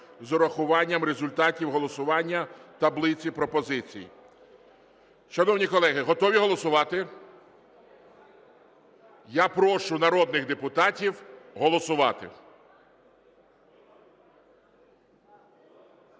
з урахуванням результатів голосування таблиці пропозицій. Шановні колеги, готові голосувати? Я прошу народних депутатів голосувати.